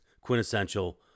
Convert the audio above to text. quintessential